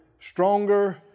Stronger